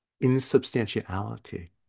insubstantiality